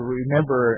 remember